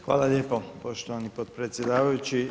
Hvala lijepo poštovani predsjedavajući.